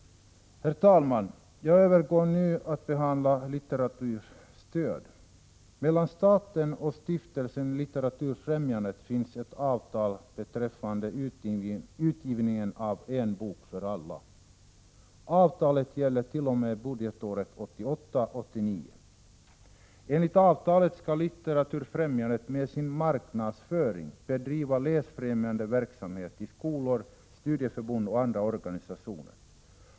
Herr talman! Jag övergår nu till att behandla litteraturstöd. Mellan staten och Stiftelsen Litteraturfrämjandet finns ett avtal beträffande utgivningen av En bok för alla. Avtalet gäller t.o.m. budgetåret 1988/89. Enligt detta avtal skall Litteraturfrämjandet med sin marknadsföring bedriva läsfrämjande verksamhet i skolor, studieförbund och andra organisationer.